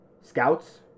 Scouts